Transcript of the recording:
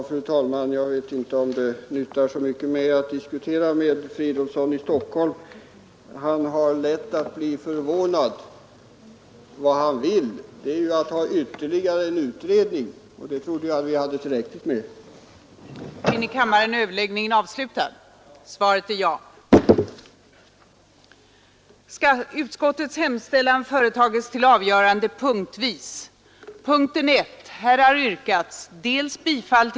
Fru talman! Jag vet inte om det nyttar så mycket att diskutera med herr Fridolfsson i Stockholm. Han har så lätt för att bli förvånad. Vad han vill är emellertid att vi skall tillsätta ytterligare en utredning, och sådana trodde jag att vi hade tillräckligt av i detta avseende. som frånvarande.